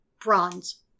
Bronze